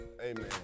Amen